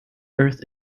earth